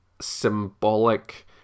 symbolic